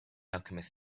alchemist